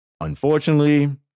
Unfortunately